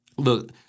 Look